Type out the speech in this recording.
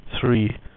three